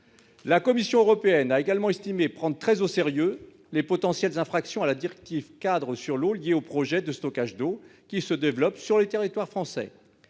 La Commission européenne a également estimé prendre très au sérieux les potentielles infractions à la directive-cadre sur l'eau liées aux projets de stockage d'eau qui se développent sur le territoire français.